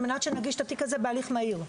על מנת שנגיש את התיק הזה בהליך מהיר?